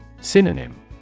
Synonym